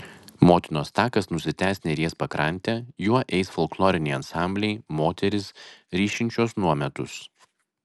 motinos takas nusitęs neries pakrante juo eis folkloriniai ansambliai moterys ryšinčios nuometus